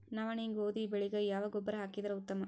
ನವನಿ, ಗೋಧಿ ಬೆಳಿಗ ಯಾವ ಗೊಬ್ಬರ ಹಾಕಿದರ ಉತ್ತಮ?